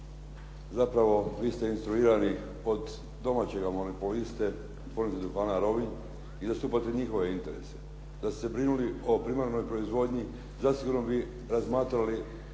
Zapravo, vi ste instruirani od domaćega monopoliste od Tvornice duhana Rovinj i zastupate njihove interese. Da ste se brinuli o primarnoj proizvodnji zasigurno bi razmatrali